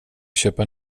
köpa